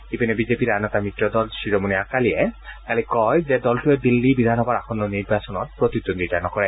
ইপিনে বিজেপিৰ আন এটা মিত্ৰ দল শিৰোমণি আকালিয়ে কালি কয় যে দলটোৱে দিল্লী বিধানসভাৰ আসন্ন নিৰ্বাচনত প্ৰতিদ্বন্দ্বিতা নকৰে